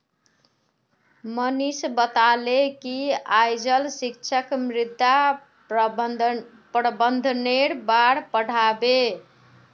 मनीष बताले कि आइज शिक्षक मृदा प्रबंधनेर बार पढ़ा बे